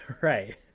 right